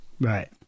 Right